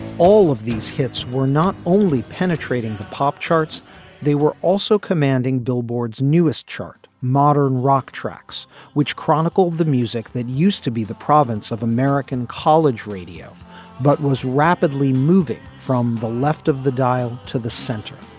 all of these hits were not only penetrating the pop charts they were also commanding billboard's newest chart modern rock tracks which chronicled the music that used to be the province of american college radio but was rapidly moving from the left of the dial to the center.